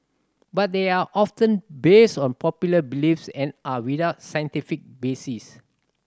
but they are often based on popular beliefs and are without scientific basis